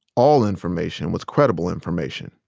all information was credible information.